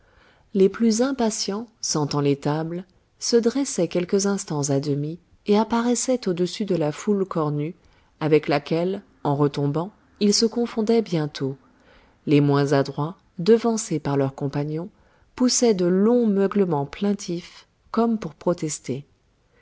les plus impatients sentant l'étable se dressaient quelques instants à demi et apparaissaient au-dessus de la foule cornue avec laquelle en retombant ils se confondaient bientôt les moins adroits devancés par leurs compagnons poussaient de longs meuglements plaintifs comme pour protester